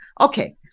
okay